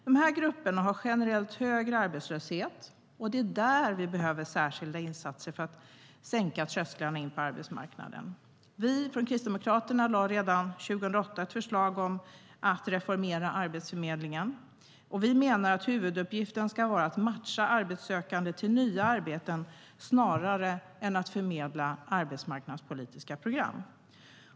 I de här grupperna är det generellt en högre arbetslöshet, och det är där vi behöver särskilda insatser för att sänka trösklarna in på arbetsmarknaden. Vi från Kristdemokraterna lade redan 2008 fram ett förslag om att reformera Arbetsförmedlingen. Vi menar att huvuduppgiften ska vara att matcha arbetssökande med nya arbeten, snarare än att förmedla arbetsmarknadspolitiska program.